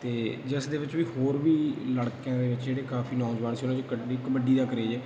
ਅਤੇ ਜਿਸ ਦੇ ਵਿੱਚ ਵੀ ਹੋਰ ਵੀ ਲੜਕਿਆਂ ਦੇ ਵਿੱਚ ਜਿਹੜੇ ਕਾਫੀ ਨੌਜਵਾਨ ਸੀ ਉਹਨਾਂ ਚ ਕੱਡੀ ਕਬੱਡੀ ਦਾ ਕਰੇਜ਼